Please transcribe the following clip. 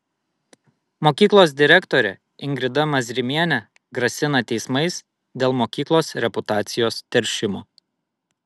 mokyklos direktorė ingrida mazrimienė grasina teismais dėl mokyklos reputacijos teršimo